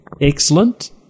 Excellent